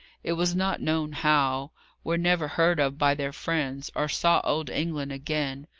it was not known how were never heard of by their friends, or saw old england again.